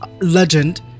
legend